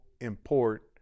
import